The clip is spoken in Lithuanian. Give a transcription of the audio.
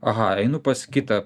aha einu pas kitą